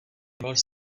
věnoval